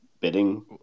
bidding